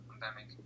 pandemic